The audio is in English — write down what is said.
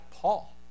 Paul